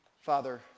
Father